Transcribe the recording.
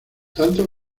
tanto